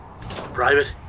Private